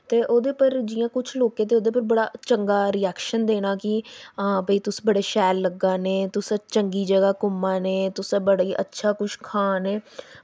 ते ओह्दे पर जि'यां कुछ लोकें दे ओह्दे पर बड़ा चंगा रिऐक्शन देना कि हां भाई तुस बड़े शैल लग्गा'रनें चंगी ज'गा घूमा'रनें तुस बड़ा अच्छा कुछ खा'रनें